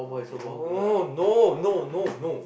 no no no no no